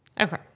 Okay